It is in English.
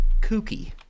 kooky